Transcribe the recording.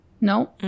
no